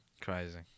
Crazy